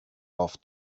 off